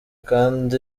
kandi